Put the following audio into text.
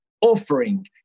offering